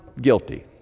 guilty